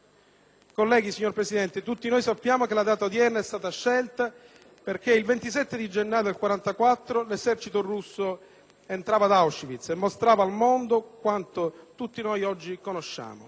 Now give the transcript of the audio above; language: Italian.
tutti noi sappiamo che la data odierna è stata scelta perché il 27 gennaio 1945 l'esercito russo entrava ad Auschwitz e mostrava al mondo quanto tutti noi oggi conosciamo.